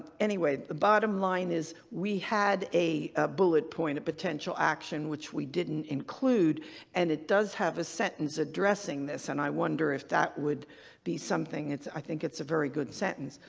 anyway, the bottom line is we had a a bullet point, a potential action which we didn't include and it does have sentence addressing this and i wonder if that would be something. i think it's a very good sentence.